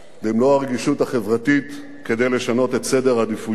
במלוא הרגישות החברתית כדי לשנות את סדר העדיפויות.